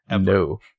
No